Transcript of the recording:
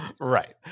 right